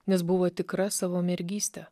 nes buvo tikra savo mergyste